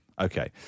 okay